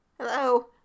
hello